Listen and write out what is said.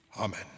amen